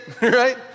right